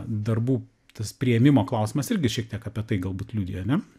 darbų tas priėmimo klausimas irgi šiek tiek apie tai galbūt liudija ane